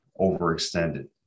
overextended